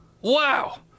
wow